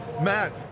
Matt